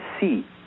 see